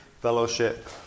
fellowship